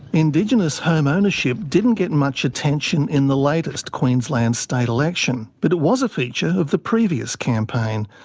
indigenous home ownership didn't get much attention in the latest queensland state election, but it was a feature of the previous campaign.